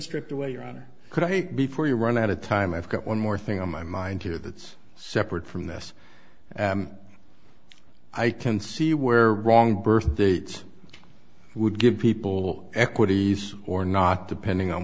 stripped away one could i think before you run out of time i've got one more thing on my mind here that's separate from this i can see where wrong birth dates i would give people equities or not depending on